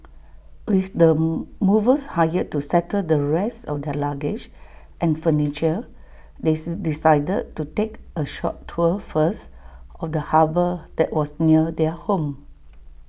with the movers hired to settle the rest of their luggage and furniture they decided to take A short tour first of the harbour that was near their home